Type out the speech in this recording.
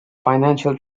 financial